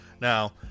Now